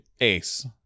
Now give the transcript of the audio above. Ace